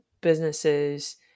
businesses